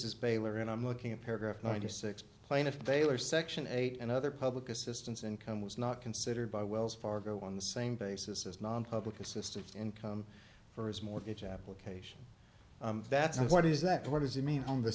this is baylor and i'm looking at paragraph ninety six plaintiff they are section eight and other public assistance income was not considered by wells fargo on the same basis as nonpublic assistance income for his mortgage application that's what is that what does it mean on the